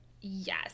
yes